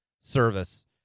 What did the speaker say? service